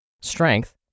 strength